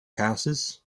passes